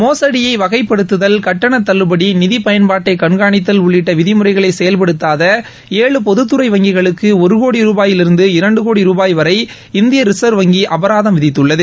மோசடியை வகைப்படுத்ததல் கட்டணத் தள்ளுபடி நிதி பயன்பாட்டை கண்காணித்தல் உள்ளிட்ட விதிமுறைகளை செயல்படுத்தாத ஏழு பொதுத்துறை வங்கிகளுக்கு ஒரு கோடி ரூபாயிலிருந்து இரண்டு கோடி ரூபாய் வரை இந்திய ரிசர்வ் வங்கி அபராதம் விதித்துள்ளது